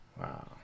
Wow